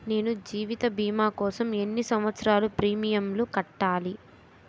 నేను జీవిత భీమా కోసం ఎన్ని సంవత్సారాలు ప్రీమియంలు కట్టాలి?